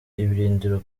ibirindiro